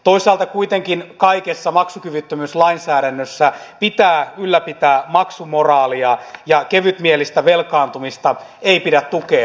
toisaalta kuitenkin kaikessa maksukyvyttömyyslainsäädännössä pitää ylläpitää maksumoraalia ja kevytmielistä velkaantumista ei pidä tukea